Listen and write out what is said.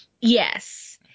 Yes